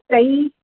तई